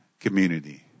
community